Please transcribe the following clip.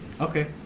okay